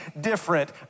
different